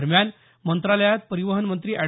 दरम्यान मंत्रालयात परिवहन मंत्री अँड